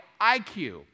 IQ